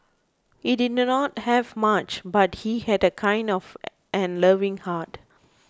he did not have much but he had a kind of and loving heart